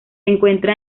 encuentra